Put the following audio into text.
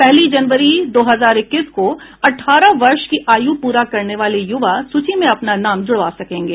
पहली जनवरी दो हजार इक्कीस को अठारह वर्ष की आयु पूरा करने वाले युवा सूची में अपना नाम जुड़वा सकेंगे